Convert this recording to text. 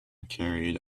carried